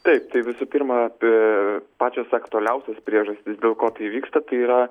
taip tai visų pirma apie pačios aktualiausios priežastys dėl ko tai vyksta tai yra